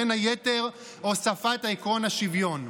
בין היתר הוספת עקרון השוויון.